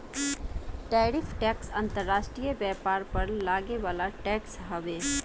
tariff tax अंतर्राष्ट्रीय व्यापार पर लागे वाला टैक्स हवे